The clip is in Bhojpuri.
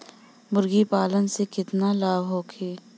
मुर्गीपालन से केतना लाभ होखे?